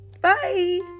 Bye